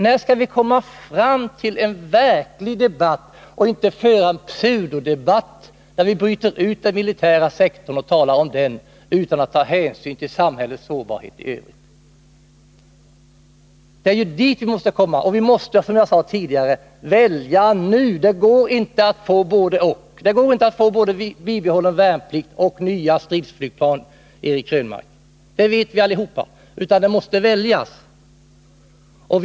När skall vi föra en verklig debatt och inte en pseudodebatt, där vi bryter ut den militära sektorn och talar om den utan att ta hänsyn till samhällets sårbarhet i övrigt? Vi måste, som jag sade tidigare, välja nu. Det går inte att få både—-och, utan vi måste välja. Det vet vi allihop. Det går inte, Eric Krönmark, att både bibehålla allmän värnplikt och skaffa nya stridsflygplan.